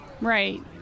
Right